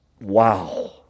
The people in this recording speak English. Wow